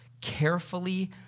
carefully